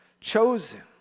chosen